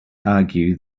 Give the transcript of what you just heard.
argue